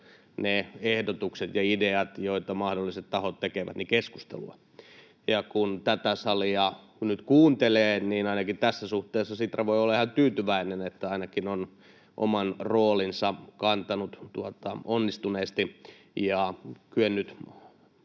ne ehdotukset ja ideat, joita mahdolliset tahot tekevät, keskustelua. Ja kun tätä salia nyt kuuntelee, niin ainakin tässä suhteessa Sitra voi olla ihan tyytyväinen, että ainakin on oman roolinsa kantanut onnistuneesti ja kyennyt